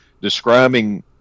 describing